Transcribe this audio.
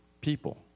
people